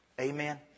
Amen